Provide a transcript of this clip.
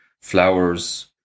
flowers